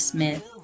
Smith